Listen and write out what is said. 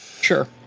Sure